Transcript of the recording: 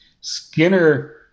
Skinner